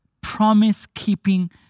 promise-keeping